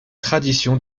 traditions